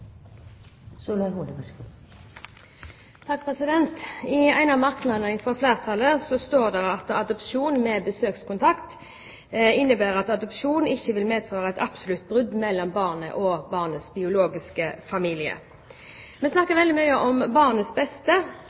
I en av merknadene fra flertallet står det: «Adopsjon med besøkskontakt innebærer at adopsjon ikke vil medføre et absolutt brudd mellom barnet og biologisk familie.» Vi snakker veldig mye om barnets beste,